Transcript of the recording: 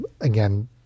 again